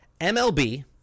MLB